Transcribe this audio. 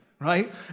right